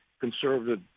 conservative